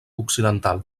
occidental